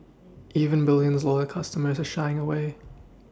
even bulLion's loyal customers are shying away